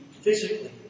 physically